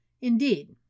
Indeed